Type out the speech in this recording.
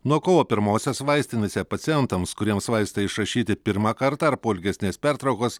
nuo kovo pirmosios vaistinėse pacientams kuriems vaistai išrašyti pirmą kartą ar po ilgesnės pertraukos